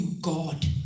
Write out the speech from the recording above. God